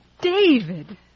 David